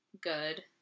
good